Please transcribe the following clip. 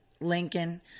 Lincoln